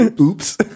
oops